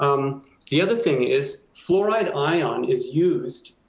um the other thing is fluoride ion is used,